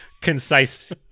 concise